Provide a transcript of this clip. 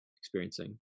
experiencing